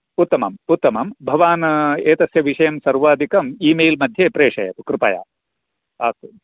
उत्तमम् उत्तमं भवान् एतस्य विषयं सर्वादिकं ई मेल् मध्ये प्रेषयतु कृपया अस्तु